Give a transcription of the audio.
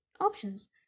options